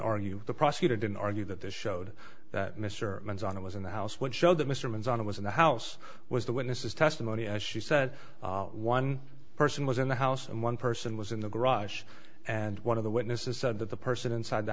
argue the prosecutor didn't argue that this showed that mr mims on it was in the house which showed that mr mims on it was in the house was the witness's testimony as she said one person was in the house and one person was in the garage and one of the witnesses said that the person inside the